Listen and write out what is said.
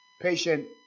patient